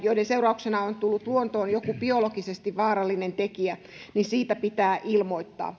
joiden seurauksena on tullut luontoon joku ihmiselle biologisesti vaarallinen tekijä niin siitä pitää ilmoittaa